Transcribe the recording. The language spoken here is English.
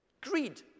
greed